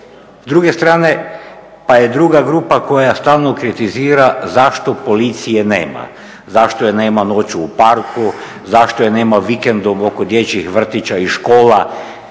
S druge strane je druga grupa koja stalno kritizira zašto policije nema, zašto je nema noću u parku, zašto je nema vikendom oko dječjih vrtića i škola,